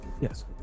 Yes